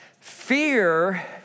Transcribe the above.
fear